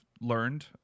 learned